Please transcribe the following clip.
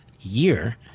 year